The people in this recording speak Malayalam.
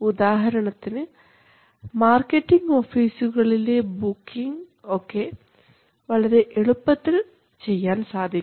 ഉദാഹരണത്തിന് മാർക്കറ്റിംഗ് ഓഫീസുകളിലെ ബുക്കിംഗ് ഒക്കെ വളരെ എളുപ്പത്തിൽ ചെയ്യാൻ സാധിക്കും